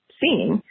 seeing